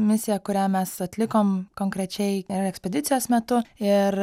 misiją kurią mes atlikom konkrečiai ir ekspedicijos metu ir